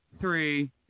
three